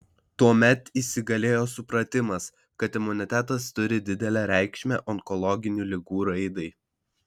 tuomet įsigalėjo supratimas kad imunitetas turi didelę reikšmę onkologinių ligų raidai